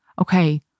okay